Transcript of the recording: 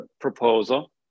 proposal